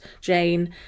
Jane